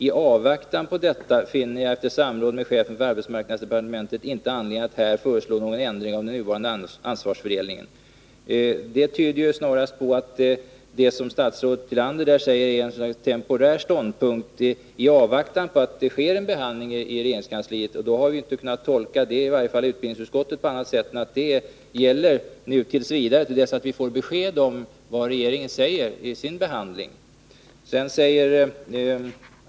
I avvaktan på detta finner jag efter samråd med chefen för arbetsmarknadsdepartementet inte anledning att här föreslå någon ändring av den nuvarande ansvarsfördelningen.” Detta tyder snarast på att vad statsrådet Tillander här uttalar när det gäller arbetsfördelningen är något slags temporär ståndpunkt i avvaktan på att det sker en behandling i regeringskansliet. I utbildningsutskottet har vi inte kunnat tolka det på annat sätt än att uttalandet gäller t. v., till dess vi får besked om vad regeringen säger vid sin behandling.